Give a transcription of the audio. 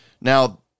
now